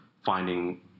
finding